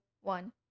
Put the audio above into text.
one